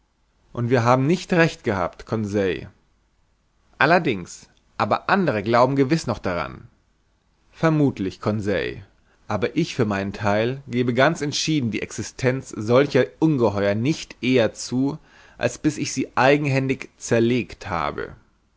und wir haben nicht recht gehabt conseil allerdings aber andere glauben gewiß noch daran vermuthlich conseil aber ich für meinen theil gebe ganz entschieden die existenz solcher ungeheuer nicht eher zu als bis ich sie eigenhändig zerlegt habe